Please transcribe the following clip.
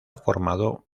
formado